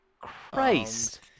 Christ